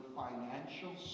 financial